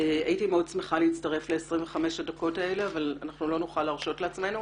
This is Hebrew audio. הייתי שמחה מאוד להצטרף לשביתה זו אבל אנחנו לא נוכל להרשות לעצמנו.